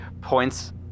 points